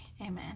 Amen